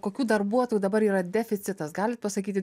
kokių darbuotojų dabar yra deficitas galit pasakyti